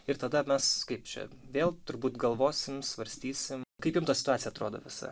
ir tada mes kaip čia vėl turbūt galvosim svarstysim kaip jum ta situacija atrodo visa